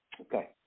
Okay